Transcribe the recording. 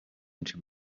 into